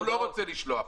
הוא לא רוצה שלוח.